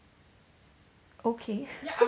okay